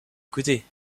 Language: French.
écouter